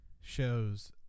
shows